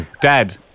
Dad